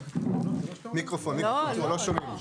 לקחת --- לא, לא, לא.